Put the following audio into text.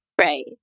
Right